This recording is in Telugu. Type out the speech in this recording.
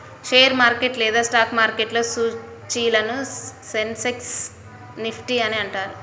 షేర్ మార్కెట్ లేదా స్టాక్ మార్కెట్లో సూచీలను సెన్సెక్స్, నిఫ్టీ అని అంటారు